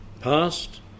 past